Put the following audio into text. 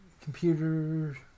computer